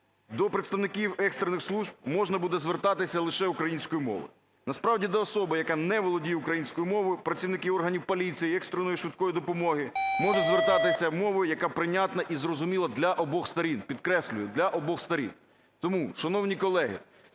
До представників екстрених служб можна буде звертатися лише українською мовою. Насправді до особи, яка не володіє українською мовою, працівники органів поліції, екстреної (швидкої) допомоги можуть звертатися мовою, яка прийнятна і зрозуміла для обох сторін, підкреслюю, для обох сторін. Тому, шановні колеги,